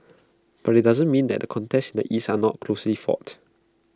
but IT doesn't mean that the contests in the east are not closely fought